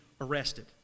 arrested